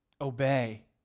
obey